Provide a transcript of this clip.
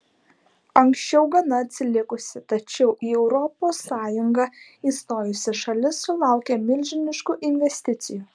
anksčiau gana atsilikusi tačiau į europos sąjungą įstojusi šalis sulaukia milžiniškų investicijų